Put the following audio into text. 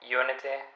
unity